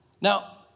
Now